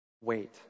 wait